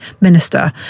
minister